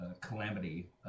Calamity